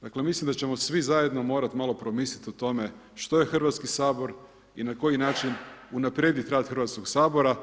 Dakle, mislim da ćemo svi zajedno morati malo promisliti o tome što je Hrvatski sabor i na koji način unaprijediti rad Hrvatskog sabora